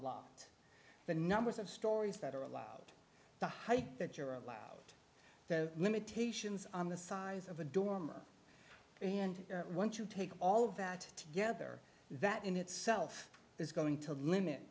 lot the numbers of stories that are allowed the height that you're allowed the limitations on the size of a dormer and once you take all of that together that in itself is going to limit